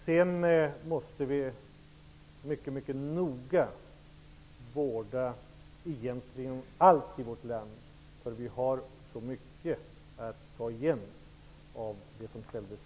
Sedan måste vi mycket noga vårda egentligen allt i vårt land, därför att vi har så mycket att ta igen för det som tidigare försummades.